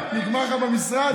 נגמר לך במשרד?